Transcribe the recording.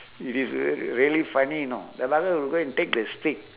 it is real~ really funny you know the fellow will go and take the stick